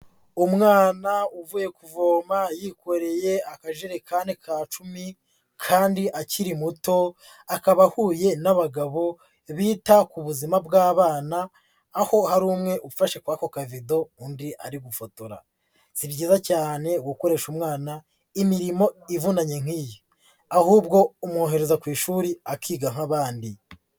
Umwana uvuye kuvoma yikoreye akajerekani ka cumi kandi akiri muto, akaba ahuye n'abagabo bita ku buzima bw'abana, aho hari umwe ufashe kuri ako kavido undi ari gufotora, si byiza cyane gukoresha umwana imirimo ivunanye nk'iyi ahubwo umwohereza ku ishuri akiga nk'abandi.